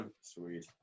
Sweet